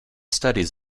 studies